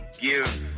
give